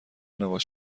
نباش